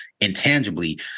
intangibly